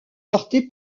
porté